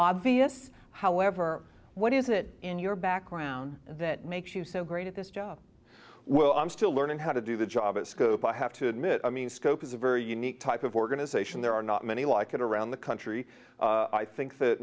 obvious however what is it in your background that makes you so great at this job well i'm still learning how to do the job at scope i have to admit i mean scope is a very unique type of organization there are not many like it around the country i think that